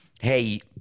hey